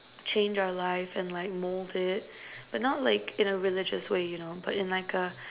change our life and like mould it but not like in a religious way you know but in like a